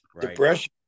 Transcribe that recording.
depression